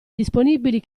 disponibili